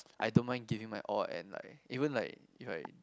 I don't mind giving my all and like even like if I